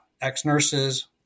ex-nurses